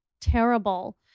terrible